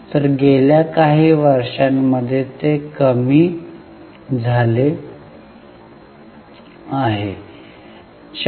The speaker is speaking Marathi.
तर गेल्या काही वर्षांमध्ये ते कमी झाले आहे 4